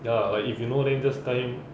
ya lah like if you know then just tell him